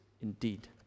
indeed